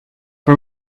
for